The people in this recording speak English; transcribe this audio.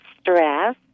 stress